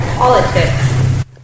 Politics